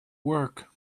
work